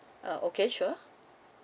uh okay sure